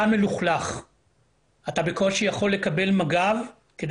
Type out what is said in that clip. באותו רגע הרגשתי שאני באמת לא רוצה להמשיך ולחיות ככה,